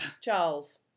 Charles